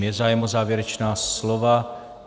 Je zájem o závěrečná slova?